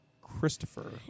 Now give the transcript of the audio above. Christopher